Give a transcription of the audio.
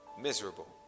miserable